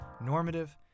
normative